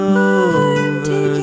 over